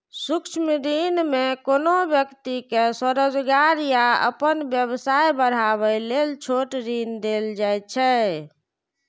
सूक्ष्म ऋण मे कोनो व्यक्ति कें स्वरोजगार या अपन व्यवसाय बढ़ाबै लेल छोट ऋण देल जाइ छै